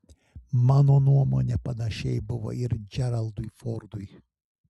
mano nuomone panašiai buvo ir džeraldui fordui